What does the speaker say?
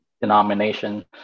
denomination